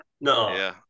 No